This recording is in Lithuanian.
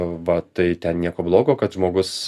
va tai ten nieko blogo kad žmogus